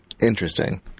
interesting